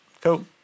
cool